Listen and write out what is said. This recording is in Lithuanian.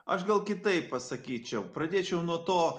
aš gal kitaip pasakyčiau pradėčiau nuo to